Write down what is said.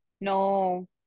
no